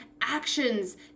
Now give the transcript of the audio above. actions